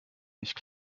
nicht